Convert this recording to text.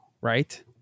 right